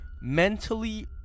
mentally